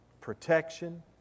protection